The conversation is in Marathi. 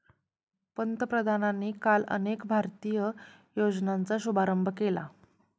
पंतप्रधानांनी काल अनेक भारतीय योजनांचा शुभारंभ केला